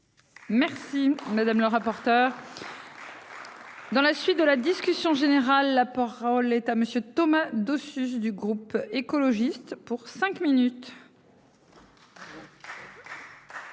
Merci madame la rapporteur. Dans la suite de la discussion générale. La parole est à monsieur Thomas Dossus du groupe écologiste pour cinq minutes.